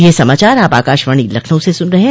ब्रे क यह समाचार आप आकाशवाणी लखनऊ से सून रहे हैं